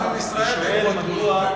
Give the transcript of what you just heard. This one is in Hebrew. הכנסת, אני מבקש, תסתום את הפה.